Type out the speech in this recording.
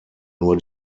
nur